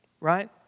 Right